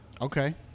Okay